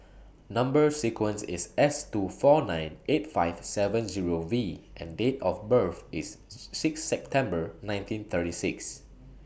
Number sequence IS S two four nine eight five seven Zero V and Date of birth IS six September nineteen thirty six